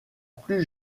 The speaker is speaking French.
plus